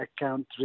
account